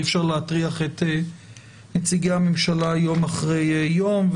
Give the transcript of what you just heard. אי אפשר להטריח את נציגי הממשלה יום אחרי יום.